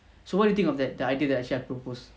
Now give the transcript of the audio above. so what you think of that the idea that actually I proposed